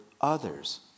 others